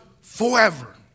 forever